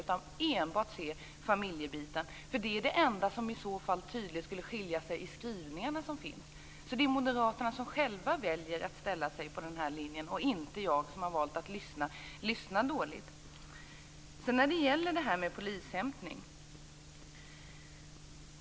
Det är den enda punkt där skrivningarna tydligt skiljer sig åt. Det är moderaterna som själva väljer att ställa sig på denna linje. Det är inte jag som lyssnar dåligt. Sedan vill jag ta upp polishämtning.